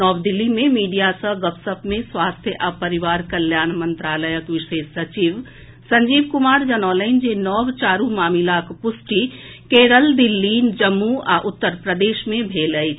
नव दिल्ली मे मीडिया सँ गपशप मे स्वास्थ्य आ परिवार कल्याण मंत्रालयक विशेष सचिव संजीव कुमार जनौलनि जे नव चारि मामिलाक पुष्टि केरल दिल्ली जम्मू आ उत्तर प्रदेश मे भेल अछि